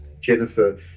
Jennifer